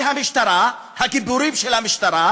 והמשטרה, הגיבורים של המשטרה,